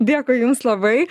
dėkui jum labai